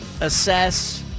Assess